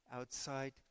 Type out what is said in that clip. outside